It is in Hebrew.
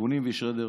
הגונים וישרי דרך.